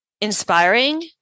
inspiring